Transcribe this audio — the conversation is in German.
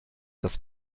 das